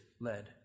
led